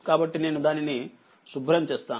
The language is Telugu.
కాబట్టినేను దానిని శుభ్రంచేస్తాను